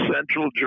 Central